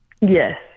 Yes